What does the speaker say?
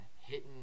hitting